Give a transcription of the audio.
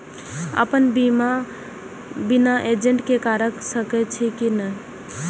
अपन बीमा बिना एजेंट के करार सकेछी कि नहिं?